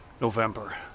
November